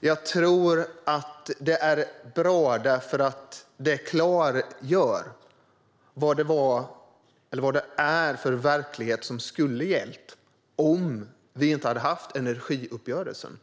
jag tror att det var bra, eftersom det klargör vad det är för verklighet som skulle ha gällt om vi inte hade haft energiuppgörelsen.